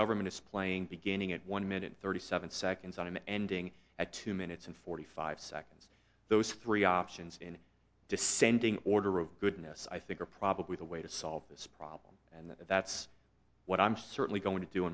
government is playing beginning at one minute thirty seven seconds on ending at two minutes and forty five seconds those three options in descending order of goodness i think are probably the way to solve this problem and that's what i'm certainly going to do